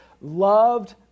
loved